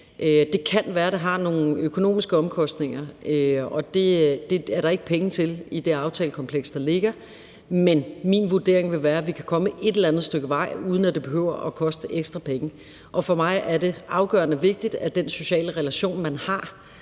Det kan være, at det har nogle økonomiske omkostninger, og det er der ikke penge til i det aftalekompleks, der ligger, men min vurdering vil være, at vi kan komme et stykke vej, uden at det behøver at koste ekstra penge. For mig er det afgørende vigtigt, at man kan bevare den sociale relation, man har